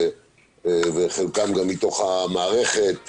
חלקם גם מתוך המערכת,